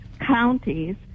counties